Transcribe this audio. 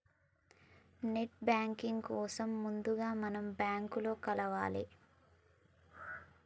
net banking కోసం ముందుగా మనం బ్యాంకులో కలవాలే